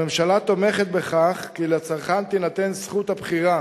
הממשלה תומכת בכך כי לצרכן תינתן זכות הבחירה